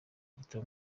gito